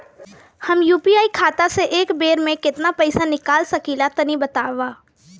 हम यू.पी.आई खाता से एक बेर म केतना पइसा निकाल सकिला तनि बतावा?